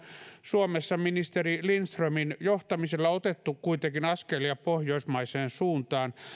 suomessa ministeri lindströmin johtamisella otettu kuitenkin askelia pohjoismaiseen suuntaan